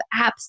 apps